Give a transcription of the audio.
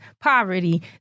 Poverty